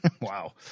Wow